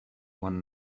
one